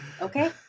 Okay